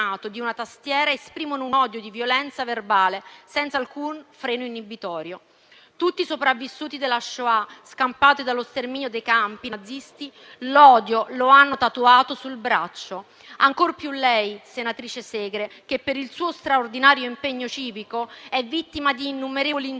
di una tastiera, esprimono un odio di violenza verbale senza alcun freno inibitorio. Tutti i sopravvissuti della Shoah, scampati allo sterminio dei campi nazisti, l'odio lo hanno tatuato sul braccio. Ancor più lei, senatrice Segre, che per il suo straordinario impegno civico è vittima di innumerevoli insulti